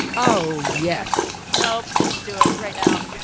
oh, yes nope, let's do it right now